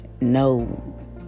No